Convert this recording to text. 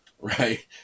right